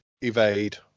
evade